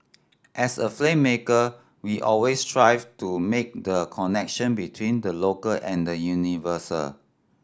as a filmmaker we always strive to make the connection between the local and the universal